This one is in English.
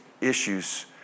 issues